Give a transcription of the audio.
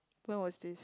when was this